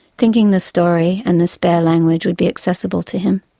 thinking the story and the spare language would be accessible to him.